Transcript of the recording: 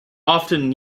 often